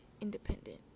independent